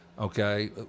okay